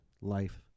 Life